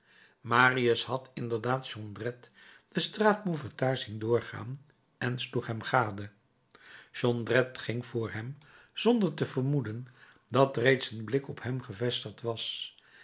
marius had inderdaad jondrette de straat mouffetard zien doorgaan en sloeg hem gade jondrette ging voor hem zonder te vermoeden dat reeds een blik op hem gevestigd was